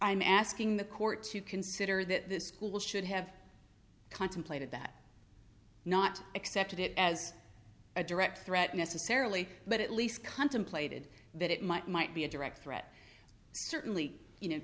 i'm asking the court to consider that the school should have contemplated that not accepted it as a direct threat necessarily but at least contemplated that it might might be a direct threat certainly you know